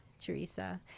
Teresa